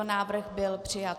Návrh byl přijat.